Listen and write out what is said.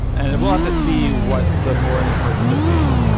and and we'll have to see what the boring parts end up being,